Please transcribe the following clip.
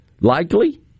likely